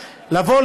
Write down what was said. לבוא,